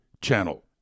Channel